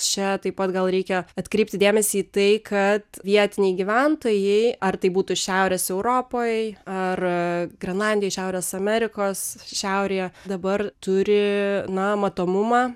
čia taip pat gal reikia atkreipti dėmesį į tai kad vietiniai gyventojai ar tai būtų šiaurės europoj ar grenlandijoj šiaurės amerikos šiaurėje dabar turi na matomumą